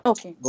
Okay